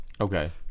Okay